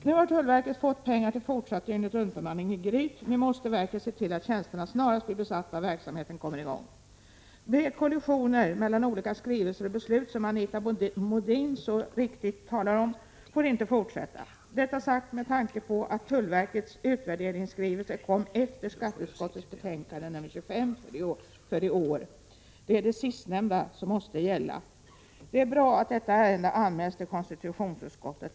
Nu har tullverket fått pengar till fortsatt dygnet-runt-bemanning i Gryt. Nu måste verket se till att tjänsterna snarast blir besatta och verksamheten kommer i gång. Sådana kollisioner mellan olika skrivelser och beslut som Anita Modin så riktigt talar om får inte fortsätta — detta sagt med tanke på att tullverkets utvärderingsskrivelse kom efter skatteutskottets betänkande nr 25 för i år. Det är det sistnämnda som måste gälla. Det är bra att detta ärende anmälts till konstitutionsutskottet.